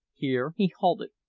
here he halted,